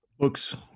Books